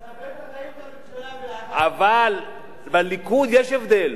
של הממשלה, בליכוד יש הבדל.